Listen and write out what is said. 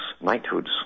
knighthoods